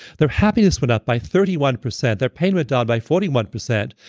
their happiness went up by thirty one percent. their pain went down by forty one percent.